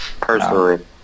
personally